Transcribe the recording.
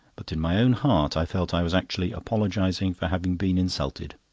but in my own heart i felt i was actually apologising for having been insulted.